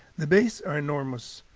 the bays are enormous.